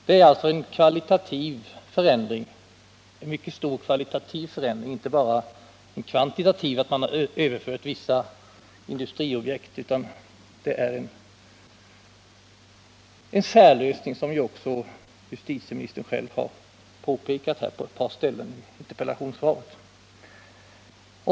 Det är alltså en mycket stor kvalitativ — och inte bara kvantitativ — förändring genom att man har överfört vissa industriobjekt. Det är fråga om en särbestämmelse, såsom ju också justitieministern själv har påpekat på ett par ställen i interpellationssvaret.